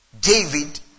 David